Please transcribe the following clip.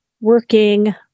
working